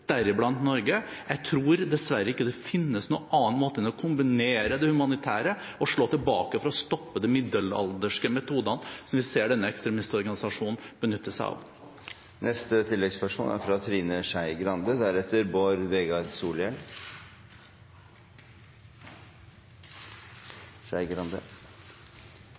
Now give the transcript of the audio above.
deriblant Norge. Jeg tror dessverre ikke det finnes noen annen måte enn å kombinere det humanitære med å slå tilbake for å stoppe de middelalderske metodene som vi ser denne ekstremistorganisasjonen benytte seg av.